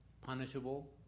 punishable